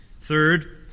Third